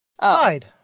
hide